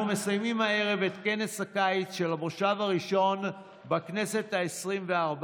אנחנו מסיימים הערב את כנס הקיץ של המושב הראשון בכנסת העשרים-וארבע.